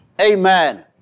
Amen